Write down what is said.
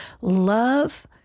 Love